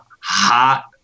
hot